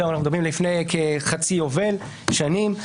אנחנו מדברים לפני כחצי יובל שנים.